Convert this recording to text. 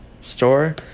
store